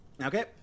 Okay